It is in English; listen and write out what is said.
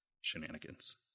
shenanigans